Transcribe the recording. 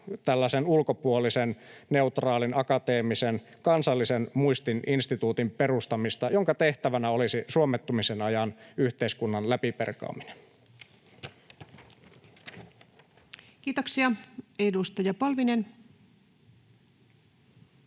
ulkopuolisen, neutraalin akateemisen kansallisen muistin instituutin perustamista, jonka tehtävänä olisi suomettumisen ajan yhteiskunnan läpiperkaaminen. [Speech 174] Speaker: